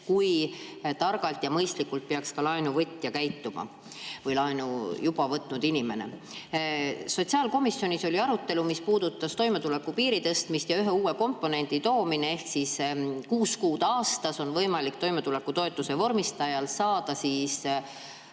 kui targalt ja mõistlikult peaks käituma ka laenuvõtja või laenu juba võtnud inimene. Sotsiaalkomisjonis oli arutelu, mis puudutas toimetulekupiiri tõstmist ja ühe uue komponendi [sisse]toomist ehk et kuus kuud aastas oleks võimalik toimetulekutoetuse vormistajal saada ka